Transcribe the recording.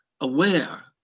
aware